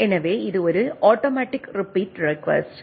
எனவே இது ஒரு ஆட்டோமேட்டிக் ரீபிட் ரிக்வெஸ்ட்